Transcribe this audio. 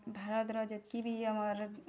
ଭାରତର ଯେତ୍କି ବି ଆମର୍